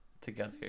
together